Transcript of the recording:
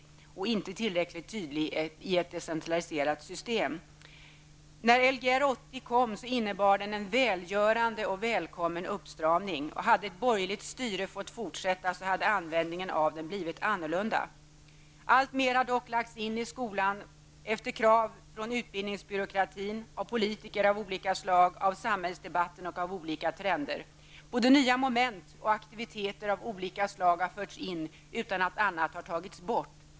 Den har inte varit tillräckligt tydlig i ett decentraliserat system. Lgr 80 innebar en välgörande och välkommen uppstramning. Om ett borgerligt styre hade fått fortsätta skulle användningen av den ha varit annorlunda. Alltmer har lagts in i skolan efter krav från utbildningsbyråkratin, politiker av skilda slag, samhällsdebatten och olika trender. Både nya moment och aktiviteter av olika slag har förts in utan att annat har tagits bort.